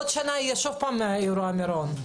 בעוד שנה יהיה שוב אירוע מירון.